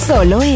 Solo